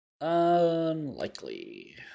unlikely